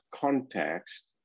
context